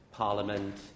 Parliament